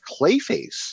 Clayface